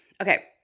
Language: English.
Okay